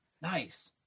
Nice